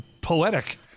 poetic